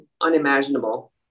unimaginable